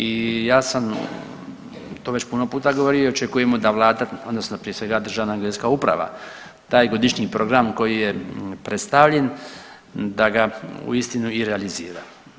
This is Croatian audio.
I ja sam to već puno puta govorio i očekujemo da Vlada odnosno prije svega Državna geodetska uprava taj godišnji program koji je predstavljen da ga uistinu i realizira.